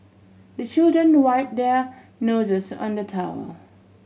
the children wipe their noses on the towel